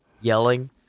yelling